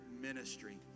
ministry